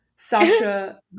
Sasha